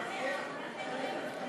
אתה מצביע?